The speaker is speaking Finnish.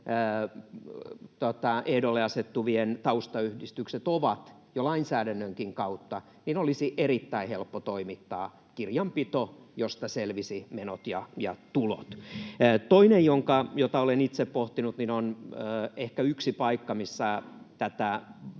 ehdolle asettuvien taustayhdistykset ovat jo lainsäädännönkin kautta, niin olisi erittäin helppo toimittaa kirjanpito, josta selviäisivät menot ja tulot. Toinen, jota olen itse pohtinut: Ehkä yksi paikka, missä tätä